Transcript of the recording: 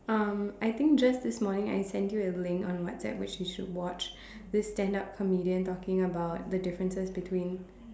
um I think just this morning I sent you a link on WhatsApp which you should watch this stand up comedian talking about the differences between